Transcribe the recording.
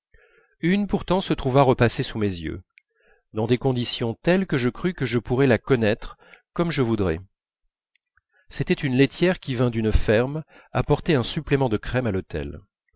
une pourtant se trouva repasser sous mes yeux dans des conditions telles que je crus que je pourrais la connaître comme je voudrais c'était une laitière qui vint d'une ferme apporter un supplément de crème à l'hôtel